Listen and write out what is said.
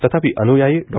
तथापि अनुयायी डॉ